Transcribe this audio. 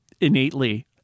innately